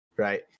right